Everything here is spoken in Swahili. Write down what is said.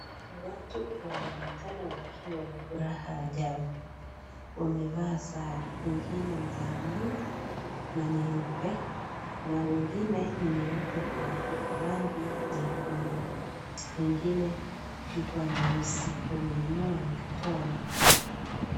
Watu wanaonekana wakiwa na furaha ajabu wamevaa sare wengine za blue na nyeupe wengine ni nyeupe kwa rangi nyekundu wengine ni kwa nyeusi wameinua mikono.